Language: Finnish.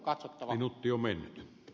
arvoisa puhemies